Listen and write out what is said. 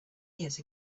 years